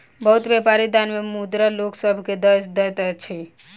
बहुत व्यापारी दान मे मुद्रा लोक सभ के दय दैत अछि